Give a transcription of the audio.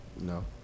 no